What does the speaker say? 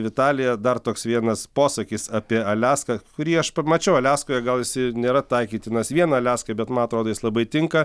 vitalija dar toks vienas posakis apie aliaską kurį aš pamačiau aliaskoje gal jis ir nėra taikytinas vien aliaskai bet man atrodo jis labai tinka